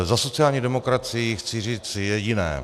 Za sociální demokracii chci říct jediné.